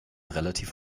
relativ